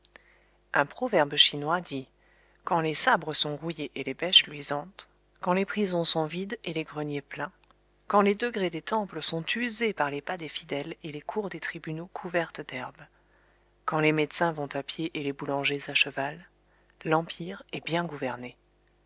un proverbe chinois dit quand les sabres sont rouillés et les bêches luisantes quand les prisons sont vides et les greniers pleins quand les degrés des temples sont usés par les pas des fidèles et les cours des tribunaux couvertes d'herbe quand les médecins vont à pied et les boulangers à cheval l'empire est bien gouverné